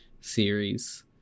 series